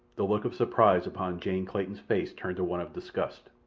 the look of surprise upon jane clayton's face turned to one of disgust.